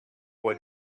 what